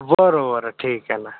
बरं बरं ठीक आहे ना